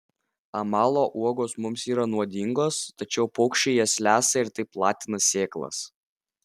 amalo uogos mums yra nuodingos tačiau paukščiai jas lesa ir taip platina sėklas